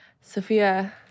Sophia